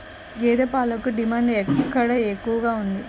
గేదె పాలకు డిమాండ్ ఎక్కడ ఎక్కువగా ఉంది?